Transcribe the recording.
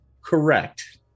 Correct